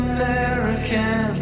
American